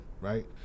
right